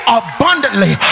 abundantly